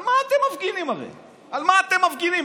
על מה אתם מפגינים, הרי, על מה אתם מפגינים?